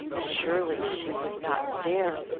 surely she would not dare.